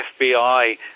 FBI